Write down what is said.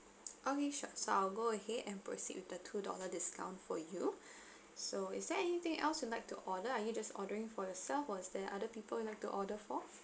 okay sure so I'll go ahead and proceed with the two dollar discount for you so is there anything else you'd like to order are you just ordering for yourself was there other people you'd like to order for